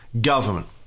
government